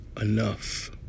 enough